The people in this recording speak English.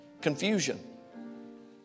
confusion